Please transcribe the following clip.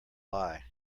lie